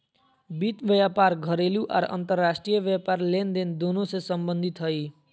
वित्त व्यापार घरेलू आर अंतर्राष्ट्रीय व्यापार लेनदेन दोनों से संबंधित हइ